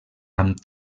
amb